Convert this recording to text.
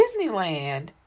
disneyland